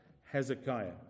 Hezekiah